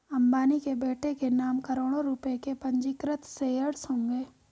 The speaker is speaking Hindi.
अंबानी के बेटे के नाम करोड़ों रुपए के पंजीकृत शेयर्स होंगे